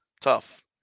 tough